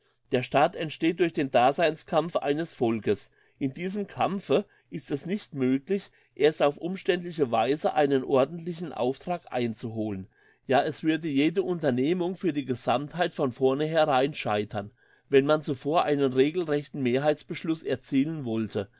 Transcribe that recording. der staat entsteht durch den daseinskampf eines volkes in diesem kampfe ist es nicht möglich erst auf umständliche weise einen ordentlichen auftrag einzuholen ja es würde jede unternehmung für die gesammtheit von vorneherein scheitern wenn man zuvor einen regelrechten mehrheitsbeschluss erzielen wollte